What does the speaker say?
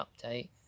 update